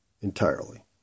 entirely